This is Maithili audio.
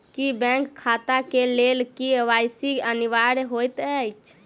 की बैंक खाता केँ लेल के.वाई.सी अनिवार्य होइ हएत?